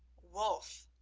wulf,